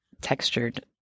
textured